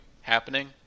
happening